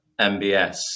MBS